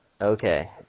Okay